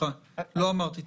סליחה, לא אמרתי את האמירה הזאת.